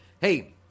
Hey